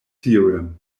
theorem